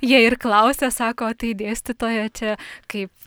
jie ir klausia sako o tai dėstytoja čia kaip